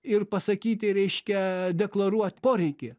ir pasakyti reiškia deklaruot poreikį